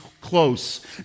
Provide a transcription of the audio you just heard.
close